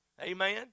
Amen